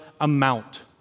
amount